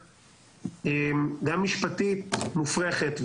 גם משפטית מופרכת,